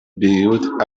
build